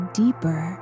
deeper